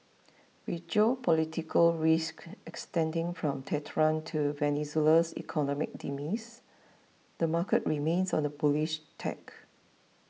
with geopolitical risk extending from Tehran to Venezuela's economic demise the market remains on a bullish tack